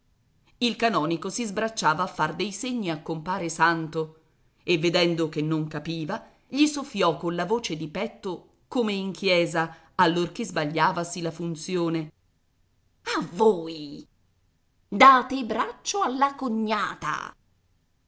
il canonico si sbracciava a far dei segni a compare santo e vedendo che non capiva gli soffiò colla voce di petto come in chiesa allorché sbagliavasi la funzione a voi date braccio alla cognata